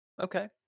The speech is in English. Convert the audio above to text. okay